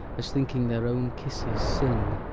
as thinking their own kisses sin